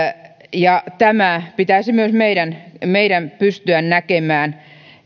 tämä pitäisi myös meidän pystyä näkemään